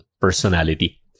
personality